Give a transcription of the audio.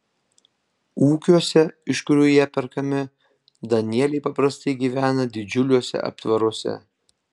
ūkiuose iš kurių jie perkami danieliai paprastai gyvena didžiuliuose aptvaruose